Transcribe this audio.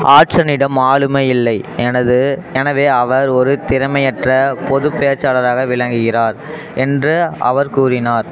ஹாட்சனிடம் ஆளுமை இல்லை எனது எனவே அவர் ஒரு திறமையற்ற பொதுப் பேச்சாளராக விளங்குகிறார் என்று அவர் கூறினார்